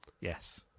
yes